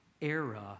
era